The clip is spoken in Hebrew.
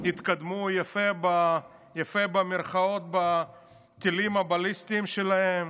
התקדמו "יפה" בכלים הבליסטיים שלהם.